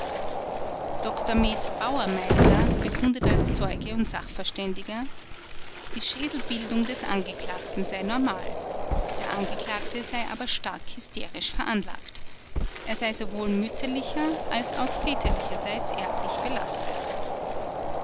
dr med bauermeister bekundet als zeuge und sachverständiger die schädelbildung des angeklagten sei normal der angeklagte sei aber stark hysterisch veranlagt er sei sowohl mütterlicher als auch väterlicherseits erblich belastet